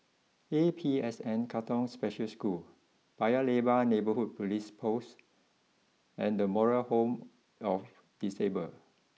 A P S N Katong special School Paya Lebar Neighbourhood police post and the Moral Home of Disabled